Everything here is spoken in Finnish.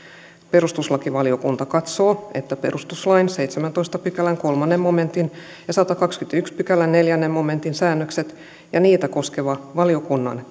perustuslakivaliokunta katsoo että perustuslain seitsemännentoista pykälän kolmannen momentin ja sadannenkahdennenkymmenennenensimmäisen pykälän neljännen momentin säännökset ja niitä koskeva valiokunnan